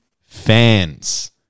fans